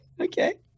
Okay